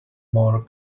more